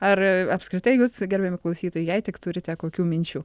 ar apskritai jus gerbiami klausytojai jei tik turite kokių minčių